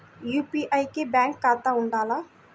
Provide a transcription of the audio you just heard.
UPI కి bank ఖాతా ఉండాల?